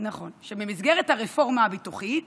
במסגרת הרפורמה הביטוחית